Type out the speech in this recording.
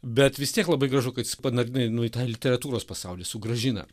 bet vis tiek labai gražu kad jis panardina nu į tą literatūros pasaulį sugražina